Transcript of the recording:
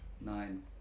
Nine